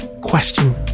Question